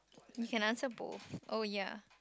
we can answer both oh ya